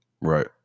right